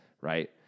right